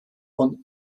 von